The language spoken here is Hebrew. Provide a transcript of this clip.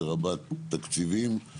ורבת תקציבים.